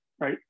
right